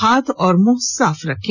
हाथ और मुंह साफ रखें